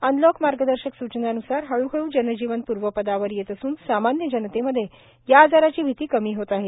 unlock मार्गदर्शक सूचनान्सार हळूहळू जनजीवन पूर्वपदावर येत असून सामान्य जनतेमध्ये या आजाराची भिती कमी होत आहे